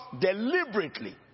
deliberately